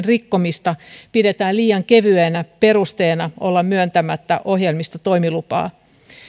rikkomista pidetään liian kevyenä perusteena olla myöntämättä ohjelmistotoimilupaa